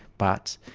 but